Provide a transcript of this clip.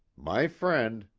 my friend,